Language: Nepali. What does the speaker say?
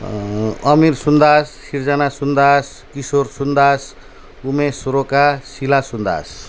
अमिर सुन्दास सृजना सुन्दास किशोर सुन्दास उमेश रोका शीला सुन्दास